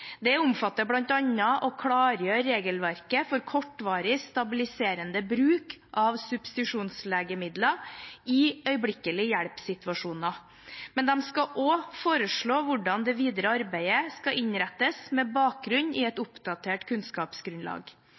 Det omfatter bl.a. å klargjøre regelverket for kortvarig stabiliserende bruk av substitusjonslegemidler i øyeblikkelig hjelp-situasjoner, men de skal også foreslå hvordan det videre arbeidet skal innrettes med bakgrunn i et oppdatert kunnskapsgrunnlag.